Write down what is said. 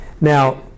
Now